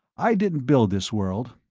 i didn't build this world,